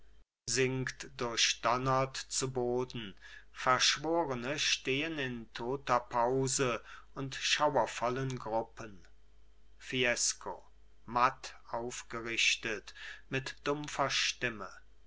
sinkt durchdonnert zu boden verschworene stehen in toter pause und schauervollen gruppen fiesco matt aufgerichtet mit dumpfer stimme